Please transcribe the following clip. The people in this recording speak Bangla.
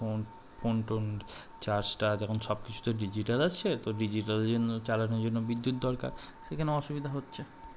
ফোন ফোন টোন চার্জ টার্জ এখন সব কিছু তো ডিজিটাল আসছে তো ডিজিটালের জন্য চালানোর জন্য বিদ্যুৎ দরকার সেখানে অসুবিধা হচ্ছে